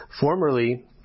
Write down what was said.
Formerly